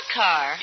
car